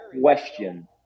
question